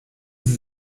sie